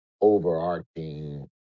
overarching